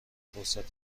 فرصت